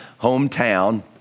hometown